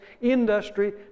industry